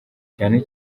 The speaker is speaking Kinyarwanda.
cyane